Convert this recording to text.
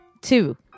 Two